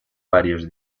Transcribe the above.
varios